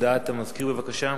הודעה למזכיר הכנסת, בבקשה.